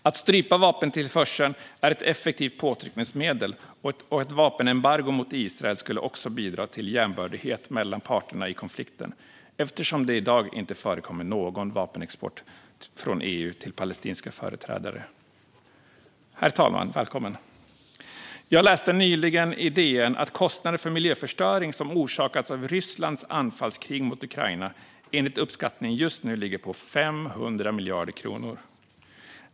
Att strypa vapentillförseln är ett effektivt påtryckningsmedel, och ett vapenembargo mot Israel skulle också bidra till jämbördighet mellan parterna i konflikten eftersom det i dag inte förekommer någon vapenexport från EU till palestinska företrädare. Herr talman! Jag läste nyligen i DN att kostnaden för den miljöförstöring som orsakats av Rysslands anfallskrig mot Ukraina enligt uppskattning just nu ligger på 500 miljarder kronor.